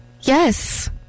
Yes